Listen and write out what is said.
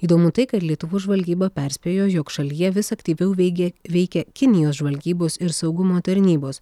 įdomu tai kad lietuvos žvalgyba perspėjo jog šalyje vis aktyviau veigia veikia kinijos žvalgybos ir saugumo tarnybos